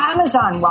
Amazon